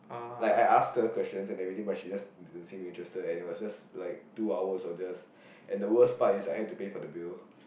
like I asked her questions and everything but she just didn't seem interested and it was just like two hours of just and the worst part is I had to pay for the bill